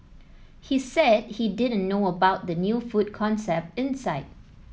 he said he didn't know about the new food concept inside